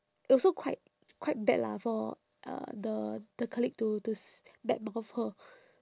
also quite quite bad lah for uh the the colleague to to s~ badmouth her